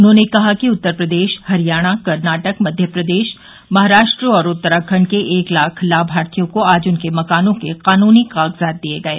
उन्होंने कहा कि उत्तर प्रदेश हरियाणा कर्नाटक मध्यप्रदेश महाराष्ट्र और उत्तराखंड के एक लाख लाभार्थियों को आज उनके मकानों के कानूनी कागजात दिये गये